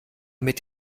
mit